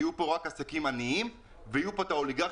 יהיו פה רק עסקים עניים ויהיו פה עסקים גדולים של אוליגרכים.